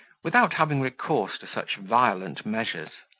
without having recourse to such violent measures.